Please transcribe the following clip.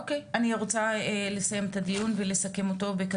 אני רוצה לסיים את הדיון, ולסכם אותו.